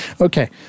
Okay